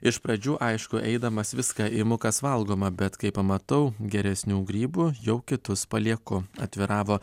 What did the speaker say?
iš pradžių aišku eidamas viską imu kas valgoma bet kai pamatau geresnių grybų jau kitus palieku atviravo